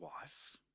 wife